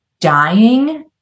dying